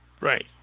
Right